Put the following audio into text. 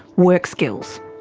workskills.